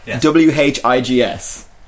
W-H-I-G-S